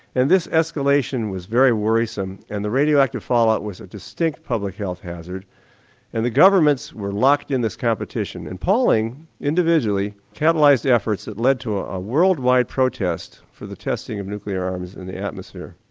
and this escalation was very worrisome and the radioactive fallout was a distinct public health hazard and the governments were lock in this competition, and pauling individually catalysed efforts that led to a worldwide protest for the testing of nuclear arms in the atmosphere.